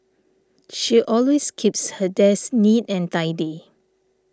she always keeps her desk neat and tidy